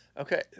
Okay